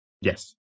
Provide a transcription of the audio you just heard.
Yes